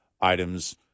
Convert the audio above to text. items